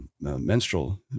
menstrual